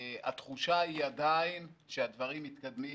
והתחושה היא עדיין שהדברים מתקדמים